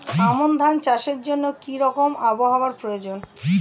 আমন ধান চাষের জন্য কি রকম আবহাওয়া প্রয়োজন?